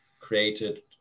created